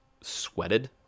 sweated